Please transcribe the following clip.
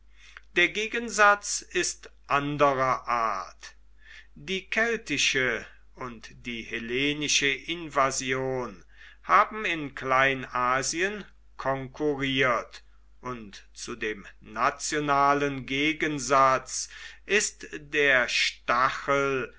der gegensatz ist anderer art die keltische und die hellenische invasion haben in kleinasien konkurriert und zu dem nationalen gegensatz ist der stachel